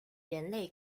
人类